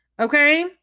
okay